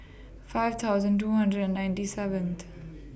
five thousand two hundred and ninety seventh